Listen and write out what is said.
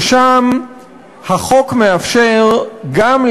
ששם החוק מאפשר גם,